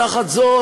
תחת זאת,